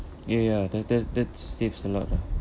ya ya that that that saves a lot lah